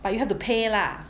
but you have to pay lah